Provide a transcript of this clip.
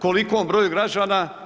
Kolikom broju građana?